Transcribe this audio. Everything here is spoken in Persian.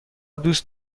دوست